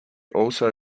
also